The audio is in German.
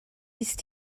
ist